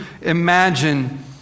imagine